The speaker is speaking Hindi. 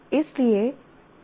इसके बाद POs और PSOs आते हैं